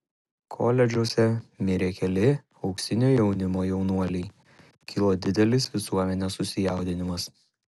koledžuose mirė keli auksinio jaunimo jaunuoliai kilo didelis visuomenės susijaudinimas